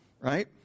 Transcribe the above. right